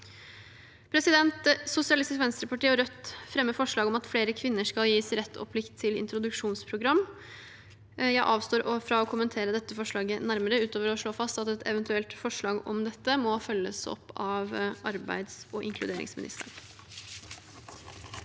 regjering. Sosialistisk Venstreparti og Rødt fremmer forslag om at flere kvinner skal gis rett og plikt til introduksjonsprogram. Jeg avstår fra å kommentere dette forslaget nærmere, utover å slå fast at et eventuelt forslag om dette må følges opp av arbeids og inkluderingsministeren.